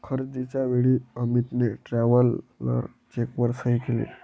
खरेदीच्या वेळी अमितने ट्रॅव्हलर चेकवर सही केली